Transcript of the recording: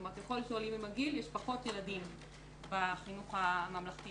כלומר ככל שעולים עם הגיל יש פחות ילדים בחינוך הממלכתי-חרדי,